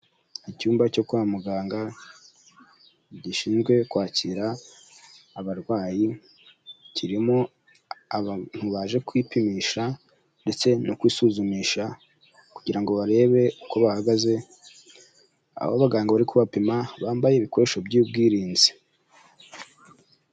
Icyumba cyo kwa muganga gishinzwe kwakira abarwayi kirimo abantu baje kwipimisha ndetse no kwisuzumisha kugira ngo barebe uko bahagaze, aho abaganga bari kubapima bambaye ibikoresho by'ubwirinzi.